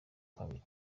kabiri